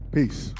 Peace